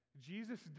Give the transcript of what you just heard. Jesus